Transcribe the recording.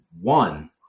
one